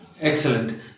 Excellent